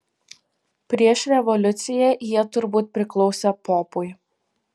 prieš revoliuciją jie turbūt priklausė popui